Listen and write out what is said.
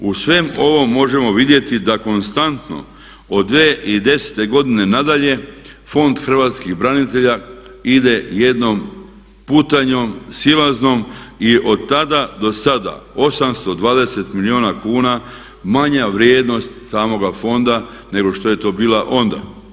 Uz sve ovo možemo vidjeti da konstantno od 2010. godine na dalje Fond hrvatskih branitelja ide jednom putanjom silaznom i od tada do sada 820 milijuna kuna manja vrijednost samoga fonda nego što je to bila onda.